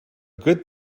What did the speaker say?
good